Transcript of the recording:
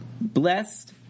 Blessed